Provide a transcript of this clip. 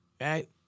right